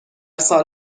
سال